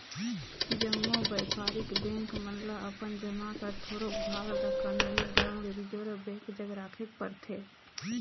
जम्मो बयपारिक बेंक मन ल अपन जमा कर थोरोक भाग ल कानूनी ढंग ले रिजर्व बेंक जग राखेक परथे